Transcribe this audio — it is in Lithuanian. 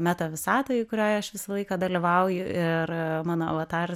meta visatoj kurioj aš visą laiką dalyvauju ir mano avataras